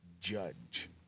judge